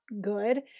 good